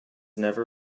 never